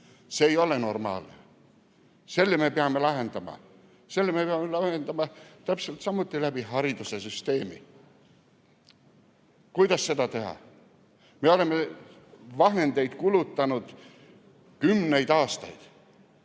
See ei ole normaalne. Selle me peame lahendama, selle me peame lahendama täpselt samuti haridussüsteemi kaudu. Kuidas seda teha? Me oleme vahendeid kulutanud kümneid aastaid.